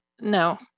no